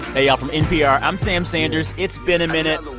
hey, y'all. from npr, i'm sam sanders. it's been a minute.